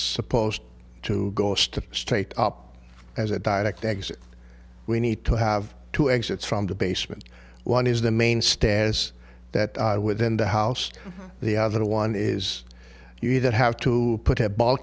supposed to go straight up as a direct exit we need to have two exits from the basement one is the main stairs that i within the house the other one is you either have to put have bal